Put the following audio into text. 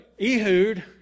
Ehud